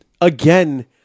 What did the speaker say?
again